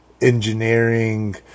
engineering